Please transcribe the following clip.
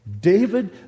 David